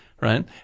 Right